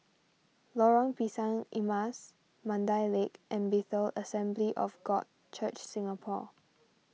Lorong Pisang Emas Mandai Lake and Bethel Assembly of God Church Singapore